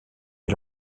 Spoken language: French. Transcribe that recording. est